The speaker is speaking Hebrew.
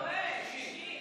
60,